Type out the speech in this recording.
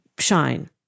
shine